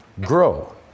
grow